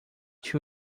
two